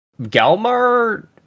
Galmar